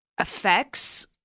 effects